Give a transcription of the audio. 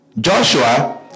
Joshua